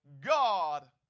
God